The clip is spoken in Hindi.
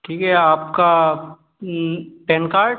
ठीक है आपका पैन कार्ड